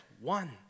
one